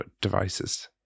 devices